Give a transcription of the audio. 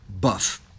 buff